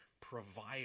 provider